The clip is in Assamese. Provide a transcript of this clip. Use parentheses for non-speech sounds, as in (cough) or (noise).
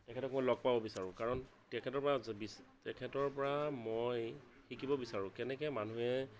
তেখেতক মই লগ পাব বিচাৰোঁ কাৰণ তেখেতৰ পৰা (unintelligible) তেখেতৰ পৰা মই শিকিব বিচাৰোঁ কেনেকে মানুহে